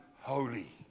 holy